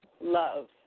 love